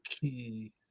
key